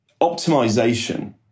optimization